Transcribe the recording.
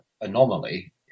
anomaly